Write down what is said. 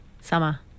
Summer